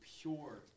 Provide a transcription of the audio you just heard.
pure